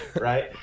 Right